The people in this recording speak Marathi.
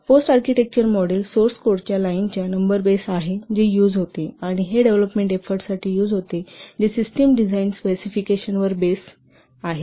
पोस्ट आर्किटेक्चर मॉडेल सोर्स कोडच्या लाईनच्या नंबर बेस आहे जे यूज होते आणि हे डेव्हलपमेंट एफोर्टसाठी यूज होते जे सिस्टम डिझाइन स्पेसिफिकेशन वर बेस आहे